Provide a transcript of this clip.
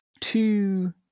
two